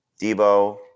Debo